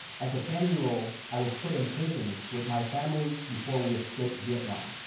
as a ten year old, i was put in prison with my family before we escaped vietnam.